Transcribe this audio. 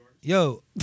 Yo